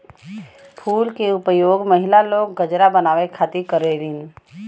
फूल के उपयोग महिला लोग गजरा बनावे खातिर करलीन